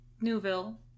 Newville